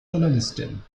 journalistin